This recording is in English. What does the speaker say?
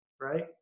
right